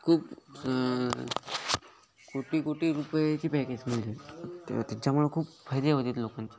खूप कोटी कोटी रुपयाची पॅकेज मिळते त त्याच्यामुळे खूप फायदे होते लोकांचे